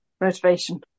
motivation